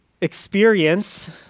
experience